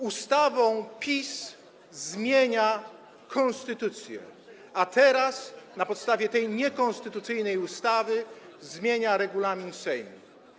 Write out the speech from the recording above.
Ustawą PiS zmienia konstytucję, a teraz na podstawie tej niekonstytucyjnej ustawy zmienia regulamin Sejmu.